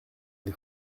des